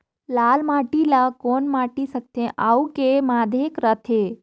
लाल माटी ला कौन माटी सकथे अउ के माधेक राथे?